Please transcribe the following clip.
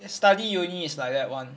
study uni is like that [one]